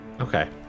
Okay